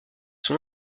son